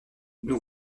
nous